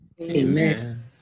Amen